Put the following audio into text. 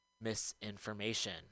misinformation